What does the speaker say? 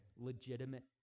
legitimate